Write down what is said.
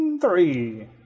Three